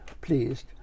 pleased